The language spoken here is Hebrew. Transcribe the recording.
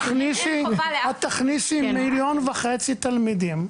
את תכניסי 1.5 מיליון תלמידים,